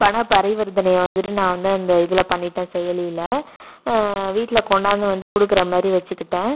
பணம் பரிவர்த்தனை வந்துட்டு நான் வந்து அந்த இதில் பண்ணிட்டேன் செயலியில் வீட்டில் கொண்டாந்து வந்து கொடுக்குற மாதிரி வச்சுக்கிட்டேன்